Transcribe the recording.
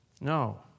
No